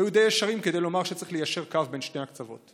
היו די ישרים כדי לומר שצריך ליישר קו בין שני הקצוות.